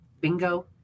bingo